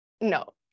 No